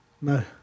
No